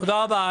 תודה רבה.